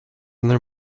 there